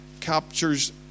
captures